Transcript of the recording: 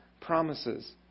promises